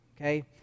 okay